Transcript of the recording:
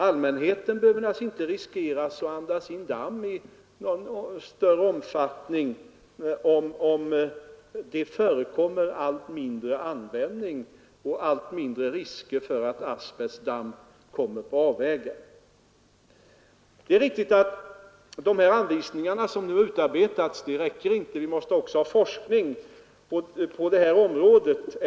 Allmänheten behöver inte riskera att andas in damm i någon större omfattning, om asbest används i allt mindre utsträckning. Det är riktigt att de anvisningar som nu har utarbetats inte räcker. Vi måste också ha forskning på det här området.